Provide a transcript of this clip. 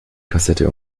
kassette